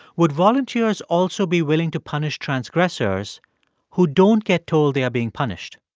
would volunteers also be willing to punish transgressors who don't get told they're being punished?